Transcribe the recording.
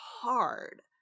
hard